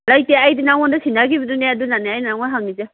ꯂꯩꯇꯦ ꯑꯩꯗꯤ ꯅꯉꯣꯟꯗ ꯁꯤꯟꯅꯒꯤꯕꯗꯨꯅꯦ ꯑꯗꯨꯅꯅꯦ ꯑꯩꯅ ꯅꯉꯣꯟ ꯍꯪꯉꯤꯖꯦ